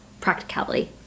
practicality